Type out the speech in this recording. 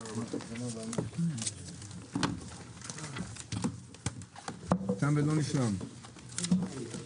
הישיבה ננעלה בשעה 13:25.